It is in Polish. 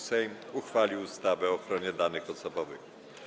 Sejm uchwalił ustawę o ochronie danych osobowych.